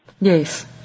yes